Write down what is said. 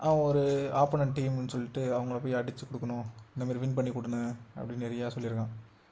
அவன் ஒரு ஆப்போனன்ட் டீம்முன்னு சொல்லிட்டு அவங்கள போய் அடிச்சிக் கொடுக்கணும் இந்த மாதிரி வின் பண்ணி கொடுண்ணே அப்படின்னு நிறையா சொல்லிருக்கான்